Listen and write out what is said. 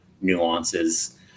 nuances